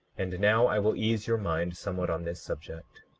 and now i will ease your mind somewhat on this subject.